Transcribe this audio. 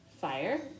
fire